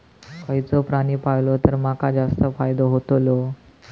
खयचो प्राणी पाळलो तर माका जास्त फायदो होतोलो?